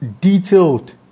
detailed